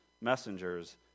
messengers